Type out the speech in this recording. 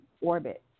Orbit